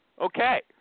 Okay